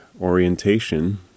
orientation